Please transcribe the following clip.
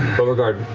beauregard,